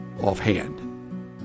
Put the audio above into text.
offhand